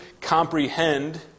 comprehend